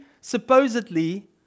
supposedly